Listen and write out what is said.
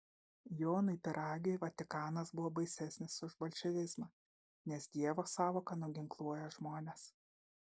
jonui pyragiui vatikanas buvo baisesnis už bolševizmą nes dievo sąvoka nuginkluoja žmones